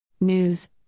News